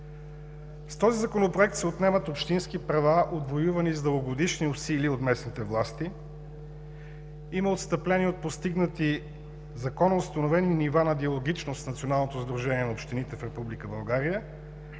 С този Законопроект се отнемат общински права, отвоювани с дългогодишни усилия от местните власти, има отстъпления от постигнати законоустановени нива на диалогичност с